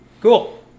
Cool